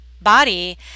body